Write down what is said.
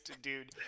dude